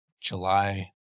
July